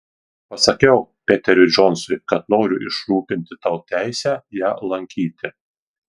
pasakiau peteriui džonsui kad noriu išrūpinti tau teisę ją lankyti